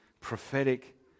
prophetic